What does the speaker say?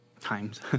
times